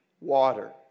water